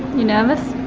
you nervous?